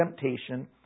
temptation